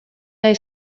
nahi